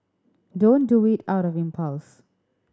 don't do it out of impulse